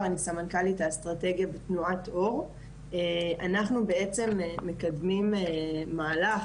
אנחנו בעצם מקדמים מהלך,